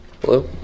Hello